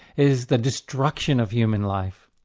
is the destruction of human life.